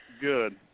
Good